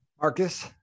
Marcus